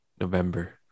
November